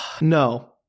No